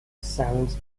sounds